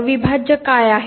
अविभाज्य काय आहे